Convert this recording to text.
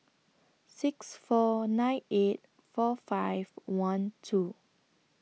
six four nine eight four five one two